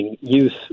youth